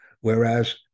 whereas